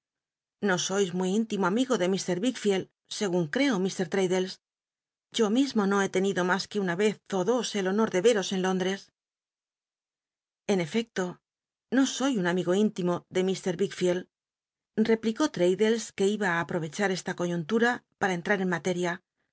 no sois muy intimo amigo de wickfield segun creo mr traddles yo mismo no he tenido mas que una y ez ó dos el honor de yeros en lóndres en efecto no soy un amigo intimo de mr wickfield replicó traddles que iba aproyechar esta coyuntura para entrar en